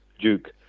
Duke